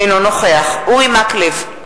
אינו נוכח אורי מקלב,